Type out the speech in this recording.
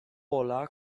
pola